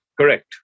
Correct